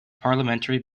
parliamentary